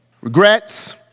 regrets